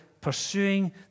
pursuing